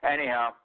Anyhow